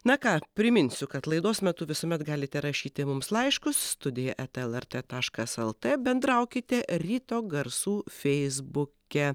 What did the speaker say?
na ką priminsiu kad laidos metu visuomet galite rašyti mums laiškus studija eta el er t taškas el t bendraukite ryto garsų feisbuke